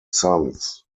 sons